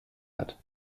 hat